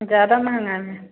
ज़्यादा महंगा है